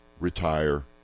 retire